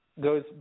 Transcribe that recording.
goes